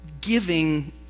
giving